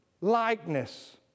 likeness